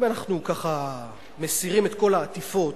אם אנחנו ככה מסירים את כל העטיפות,